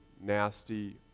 nasty